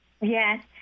Yes